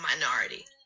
minority